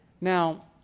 Now